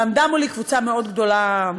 ועמדה מולי קבוצה מאוד גדולה,